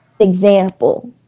Example